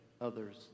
others